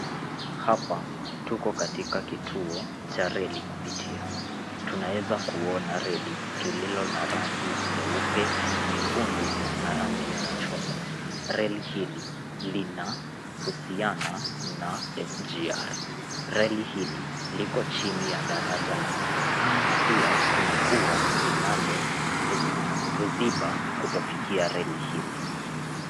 Hapa tuko katika kituo cha reli kupitia, tunaeza kuona reli lililo na rangi nyeupe, nyekundu na rangi ya majungwa, reli hili linahusiana na SGR , reli hili liko jini ya daraja la miguu na pia kuna ua linalo tusiba kutofikia reli hili.